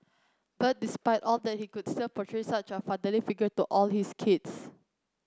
but despite all that he could still portray such a fatherly figure to all his kids